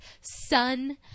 son